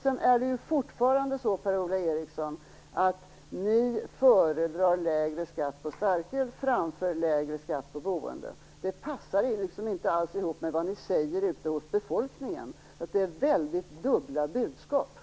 Det är fortfarande så att Centern föredrar lägre skatt på starköl framför lägre skatt på boende. Det passar inte ihop med vad ni säger ute bland befolkningen. Det är dubbla budskap.